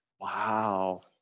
wow